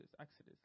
exodus